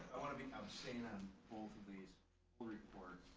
i wanna be abstain on both of these reports.